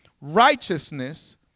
righteousness